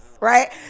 right